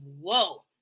whoa